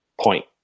point